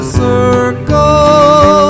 circle